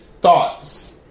Thoughts